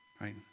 Right